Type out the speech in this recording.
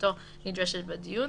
שנוכחותו נדרשת בדיון,